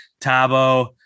Tabo